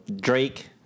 Drake